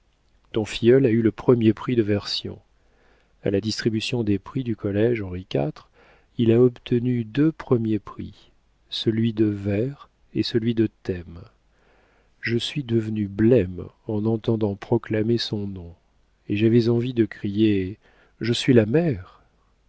ton filleul a eu le premier prix de version a la distribution des prix du collége henri iv il a obtenu deux premiers prix celui de vers et celui de thème je suis devenue blême en entendant proclamer son nom et j'avais envie de crier je suis la mère